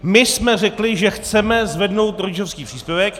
My jsme řekli, že chceme zvednout rodičovský příspěvek.